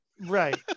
right